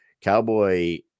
Cowboy